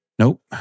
Nope